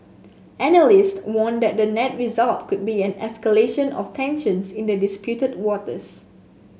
analysts warn that the net result could be an escalation of tensions in the disputed waters